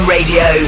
Radio